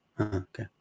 Okay